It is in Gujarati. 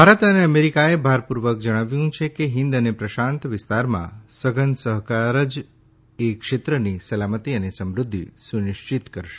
ભારત અને અમેરિકાએ ભારપૂર્વક જણાવ્યું છે કે હિન્દ અને પ્રશાંત વિસ્તારમાં સઘન સહકાર જ એ ક્ષેત્રની સલામતી અને સમૃદ્ધિ સુનિશ્ચિત કરશે